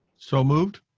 so moved.